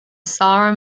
sara